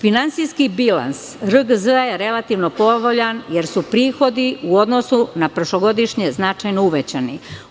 Finansijski bilans RGZ je relativno povoljan, jer su prihodi u odnosu na prošlogodišnje značajno uvećani.